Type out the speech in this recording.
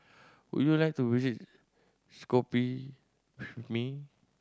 would you like to visit Skopje with me